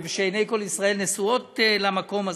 שעיני כל ישראל נשואות למקום הזה,